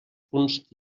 punts